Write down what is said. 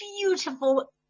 beautiful